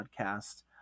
podcast